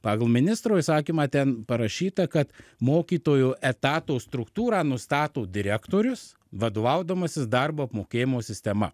pagal ministro įsakymą ten parašyta kad mokytojo etato struktūrą nustato direktorius vadovaudamasis darbo apmokėjimo sistema